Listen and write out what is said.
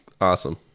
awesome